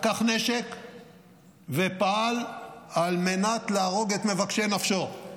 לקח נשק ופעל על מנת להרוג את מבקשי נפשו,